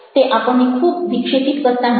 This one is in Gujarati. તે આપણને ખૂબ વિક્ષેપિત કરતા નથી